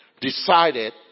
decided